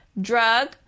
drug